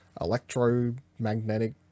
electromagnetic